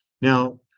Now